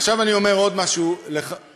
עכשיו אני אומר עוד משהו לך,